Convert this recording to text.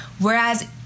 Whereas